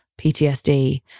PTSD